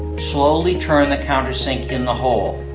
slowly turn the countersink in the hole.